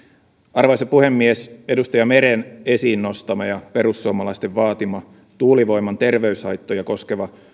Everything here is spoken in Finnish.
arvoisa puhemies edustaja meren esiinnostama ja perussuomalaisten vaatima tuulivoiman terveyshaittoja koskeva